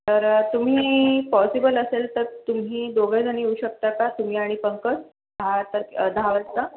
तर तुम्ही पॉसिबल असेल तर तुम्ही दोघं जण येऊ शकता का तुम्ही आणि पंकज हां तर दहा वाजता